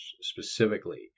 specifically